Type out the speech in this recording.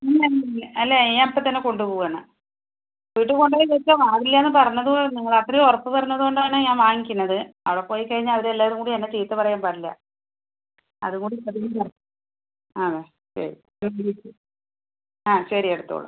നിങ്ങൾ അല്ല ഞാൻ അപ്പം തന്നെ കൊണ്ട് പോകുവാണ് വീട്ടിൽ കൊണ്ട് പോയി വെച്ചാൽ വാടില്ലാന്ന് പറഞ്ഞത് നിങ്ങൾ അത്രയും ഉറപ്പ് പറഞ്ഞത് കൊണ്ട് ആണ് ഞാൻ വാങ്ങിക്കുന്നത് അവിടെ പോയി കഴിഞ്ഞാൽ അവര് എല്ലാവരും കൂടി എന്നെ ചീത്ത പറയാൻ പാടില്ല അതും കൂടി പതിനഞ്ച് ആണോ ശരി ആ ആ ശരി എടുത്തോളൂ